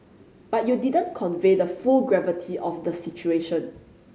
but you didn't convey the full gravity of the situation